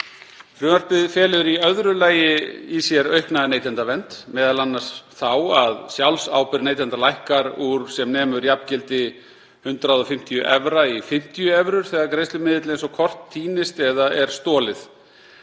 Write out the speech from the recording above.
Frumvarpið felur í öðru lagi í sér aukna neytendavernd, m.a. þá að sjálfsábyrgð neytenda lækkar úr sem nemur jafngildi 150 evra í 50 evrur þegar greiðslumiðill eins og kort týnist eða er stolið.